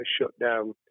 shutdown